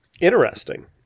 Interesting